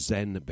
Zen